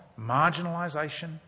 marginalisation